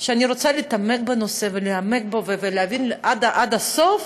אבל כשאני רוצה להתעמק בנושא ולהעמיק בו ולהבין עד הסוף,